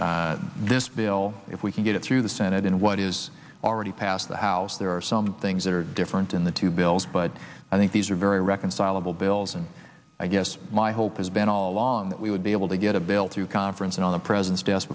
between this bill if we can get it through the senate and what is already passed the house there are some things that are different in the two bills but i think these are very reconcilable bills and i guess my hope is been all along that we would be able to get a bill to conference and on the president's desk